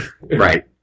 Right